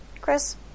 Chris